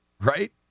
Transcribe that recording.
right